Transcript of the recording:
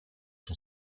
son